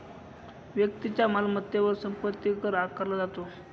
व्यक्तीच्या मालमत्तेवर संपत्ती कर आकारला जातो